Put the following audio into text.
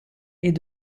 est